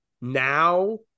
now